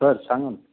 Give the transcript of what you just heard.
बरं सांगा ना